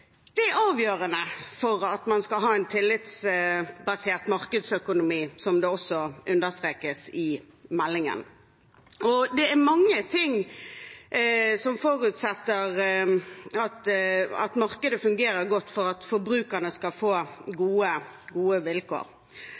er avgjørende for at man skal ha en tillitsbasert markedsøkonomi, som det også understrekes i meldingen. Det er mange ting som forutsetter at markedet fungerer godt for at forbrukerne skal få gode vilkår.